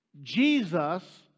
Jesus